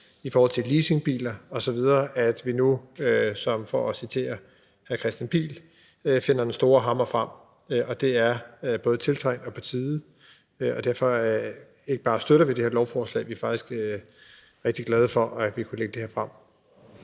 i forhold til leasingbiler osv., at vi nu – for at citere hr. Kristian Pihl Lorentzen – finder den store hammer frem. Det er både tiltrængt og på tide, og derfor ikke bare støtter vi det her lovforslag, men vi er faktisk også rigtig glade for, at vi har kunnet lægge det frem.